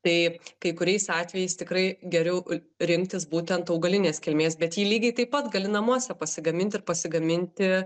tai kai kuriais atvejais tikrai geriau rinktis būtent augalinės kilmės bet jį lygiai taip pat gali namuose pasigaminti ir pasigaminti